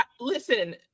Listen